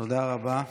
תודה רבה.